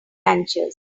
ranchers